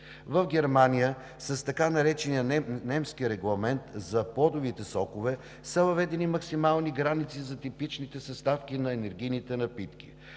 В Германия с така наречения немски регламент за плодовите сокове са въведени максимални граници за типичните съставки на енергийните напитки: